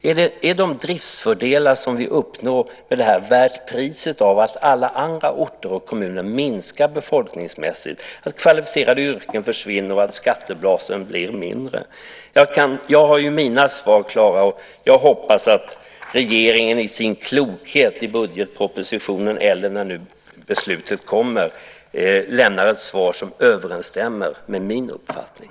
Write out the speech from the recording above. Är de driftfördelar som vi med detta uppnår värda priset att alla andra orter och kommuner befolkningsmässigt minskar, att kvalificerade yrken försvinner och att skattebasen blir mindre? Jag har mina svar klara, och jag hoppas att regeringen i sin klokhet, i budgetpropositionen eller när beslutet nu kommer, lämnar ett svar som överensstämmer med min uppfattning.